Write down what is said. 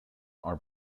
are